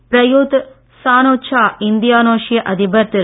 Prayut Chanocha இந்தோனேஷிய அதிபர் திரு